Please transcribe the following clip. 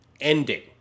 ending